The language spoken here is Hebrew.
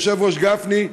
היושב-ראש גפני,